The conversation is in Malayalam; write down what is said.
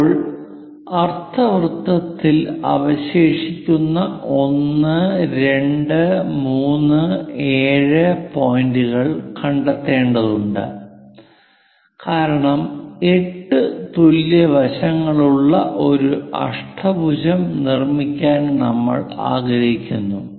ഇപ്പോൾ അർദ്ധവൃത്തത്തിൽ അവശേഷിക്കുന്ന 1 2 3 7 പോയിന്റുകൾ കണ്ടെത്തേണ്ടതുണ്ട് കാരണം 8 തുല്യ വശങ്ങളുള്ള ഒരു അഷ്ടഭുജം നിർമ്മിക്കാൻ നമ്മൾ ആഗ്രഹിക്കുന്നു